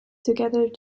together